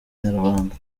nyarwanda